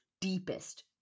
deepest